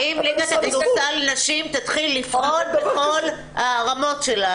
האם ליגת הכדורסל נשים תתחיל לפעול בכל הרמות שלה?